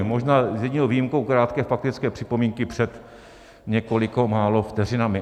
Možná s jedinou výjimkou krátké faktické připomínky před několika málo vteřinami.